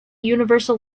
universal